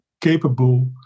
capable